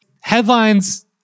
headlines